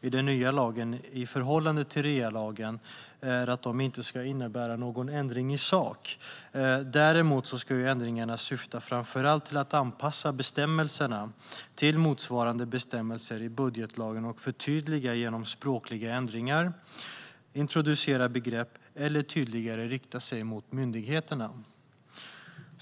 i den nya lagen i förhållande till REA-lagen är att de inte ska innebära någon ändring i sak. Däremot syftar ändringarna framför allt till att anpassa bestämmelserna till motsvarande bestämmelser i budgetlagen, att förtydliga genom språkliga ändringar, att introducera begrepp eller att tydligare rikta sig mot myndigheterna.